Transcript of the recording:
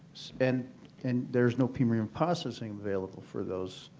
and and there is no premier and processing available for those.